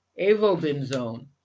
avobenzone